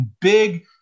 big